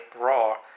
raw